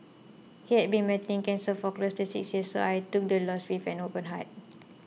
he had been battling cancer for close to six years so I took the loss with an open heart